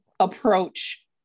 approach